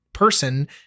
person